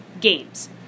games